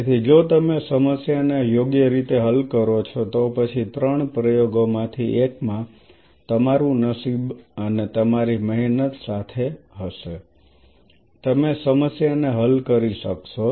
તેથી જો તમે સમસ્યાને યોગ્ય રીતે હલ કરો છો તો પછી ત્રણ પ્રયોગોમાંથી એકમાં તમારું નસીબ અને તમારી મહેનત સાથે હશે અને તમે સમસ્યાને હલ કરી શકશો